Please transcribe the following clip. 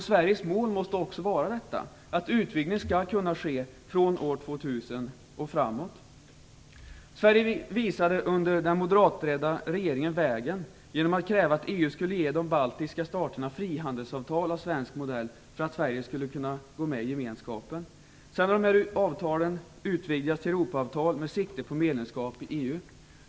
Sveriges mål måste också vara att utvidgningen skall kunna ske från år 2000 och framåt. Sverige visade vägen under den moderatledda regeringen genom att kräva att EU skulle ge de baltiska staterna frihandelsavtal av svensk modell för att Sverige skulle kunna gå med i gemenskapen. Avtalen har sedan utvidgats till Europaavtal med sikte på medlemskap i EU.